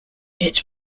its